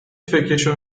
فکرشو